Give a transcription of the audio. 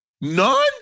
None